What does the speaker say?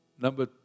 Number